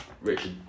Richard